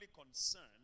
concerned